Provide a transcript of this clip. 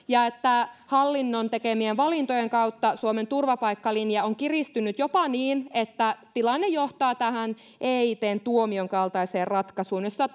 ja että hallinnon tekemien valintojen kautta suomen turvapaikkalinja on kiristynyt jopa niin että tilanne johtaa eitn tuomion kaltaiseen ratkaisuun jossa